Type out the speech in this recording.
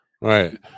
Right